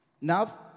Now